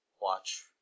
watch